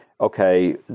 okay